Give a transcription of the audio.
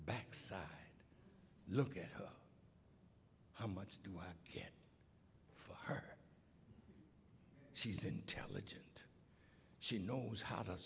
backside look at how much do it for her she's intelligent she knows how to